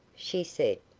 she said.